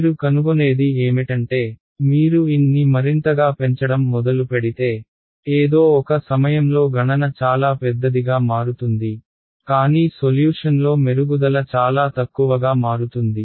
మీరు కనుగొనేది ఏమిటంటే మీరు N ని మరింతగా పెంచడం మొదలుపెడితే ఏదో ఒక సమయంలో గణన చాలా పెద్దదిగా మారుతుంది కానీ సొల్యూషన్లో మెరుగుదల చాలా తక్కువగా మారుతుంది